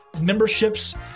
memberships